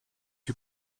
you